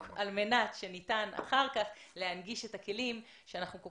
על מנת שניתן אחר כך להנגיש את הכלים שאנחנו כל